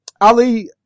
Ali